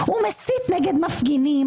הוא מסית נגד מפגינים,